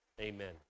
Amen